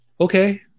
Okay